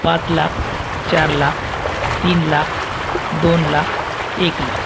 पाच लाख चार लाख तीन लाख दोन लाख एक लाख